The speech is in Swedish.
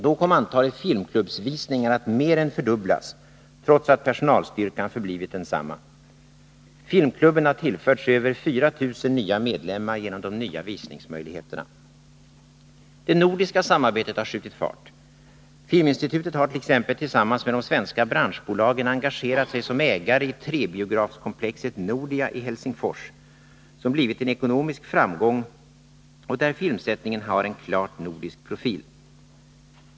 Då kom antalet filmklubbsvisningar att mer än fördubblas trots att personalstyrkan förblivit densamma. Filmklubben har tillförts över 4 000 nya medlemmar genom de nya visningsmöjligheterna. Det nordiska samarbetet har skjutit fart. Filminstitutet har tillsammans med de svenska branschbolagen engagerat sig som ägare i trebiografskomplexet Nordia i Helsingfors, som blivit en ekonomisk framgång och där filmsättningen har en klart nordisk profil.